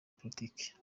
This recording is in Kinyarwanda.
politiki